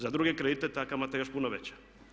Za druge kredite ta kamata je još puno veća.